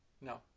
No